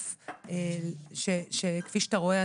כפי שאתה רואה,